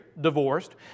divorced